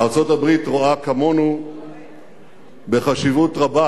ארצות-הברית וישראל חובק תחומים רבים וחשובים.